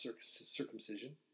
circumcision